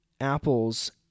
Apple's